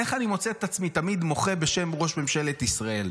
איך אני מוצא את עצמי תמיד מוחה בשם ראש ממשלת ישראל,